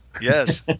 yes